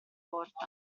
porta